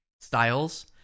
styles